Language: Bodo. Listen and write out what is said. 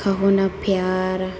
काह'ना प्यार